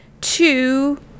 two